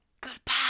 Goodbye